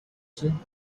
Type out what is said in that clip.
say